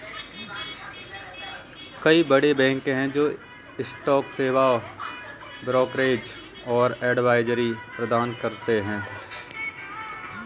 कई बड़े बैंक हैं जो स्टॉक सेवाएं, ब्रोकरेज और एडवाइजरी प्रदान करते हैं